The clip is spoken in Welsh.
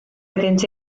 iddynt